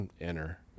enter